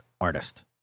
artist